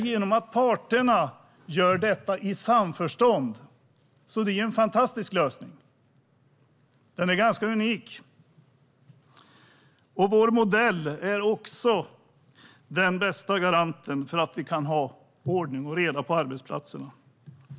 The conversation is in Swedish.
Genom att parterna gör detta i samförstånd är det fråga om en fantastisk och unik lösning. Vår modell är också den bästa garanten för ordning och reda på arbetsplatserna.